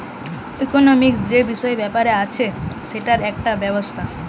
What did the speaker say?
economic যে বিষয় ব্যাপার আছে সেটার একটা ব্যবস্থা